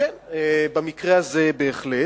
כן, במקרה הזה בהחלט.